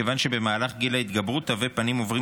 מכיוון שבמהלך גיל ההתבגרות תווי פנים עוברים